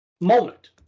moment